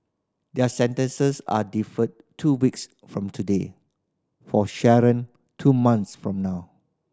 their sentences are deferred two weeks from today for Sharon two months from now